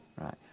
Right